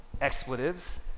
expletives